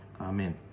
Amen